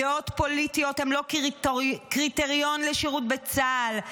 דעות פוליטיות הן לא קריטריון לשירות בצה"ל.